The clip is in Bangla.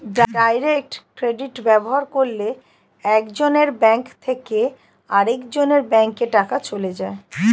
ডাইরেক্ট ক্রেডিট ব্যবহার করলে একজনের ব্যাঙ্ক থেকে আরেকজনের ব্যাঙ্কে টাকা চলে যায়